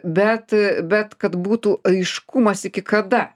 bet bet kad būtų aiškumas iki kada